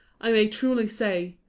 i may truly say,